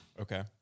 Okay